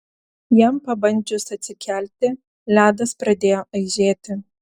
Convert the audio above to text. jam pabandžius atsikelti ledas pradėjo aižėti